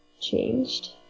changed